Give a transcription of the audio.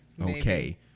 okay